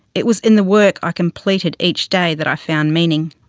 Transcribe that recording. it was in the work i completed each day that i found meaning.